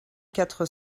quatre